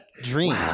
dream